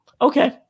okay